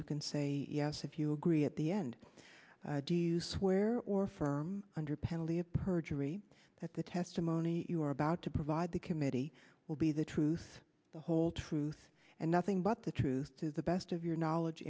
you can say yes if you agree at the end do you swear or affirm under penalty of perjury that the testimony you are about to provide the committee will be the truth the whole truth and nothing but the truth to the best of your knowledge